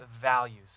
values